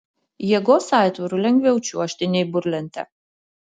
jėgos aitvaru lengviau čiuožti nei burlente